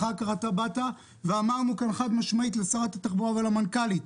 אחר כך אתה באת ואמרנו כאן חד-משמעית לשרת התחבורה ולמנכ"לית: